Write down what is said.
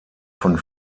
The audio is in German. von